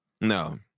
No